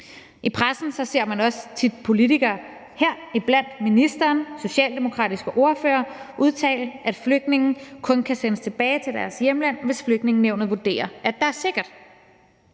I pressen ser man også tit politikere, heriblandt ministeren, socialdemokratiske ordførere, udtale, at flygtninge kun kan sendes tilbage til deres hjemland, hvis Flygtningenævnet vurderer, at der er sikkert.